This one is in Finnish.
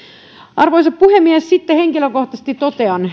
arvoisa puhemies sitten henkilökohtaisesti totean